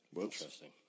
Interesting